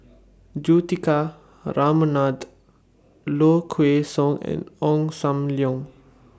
Juthika Ramanathan Low Kway Song and Ong SAM Leong